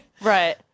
right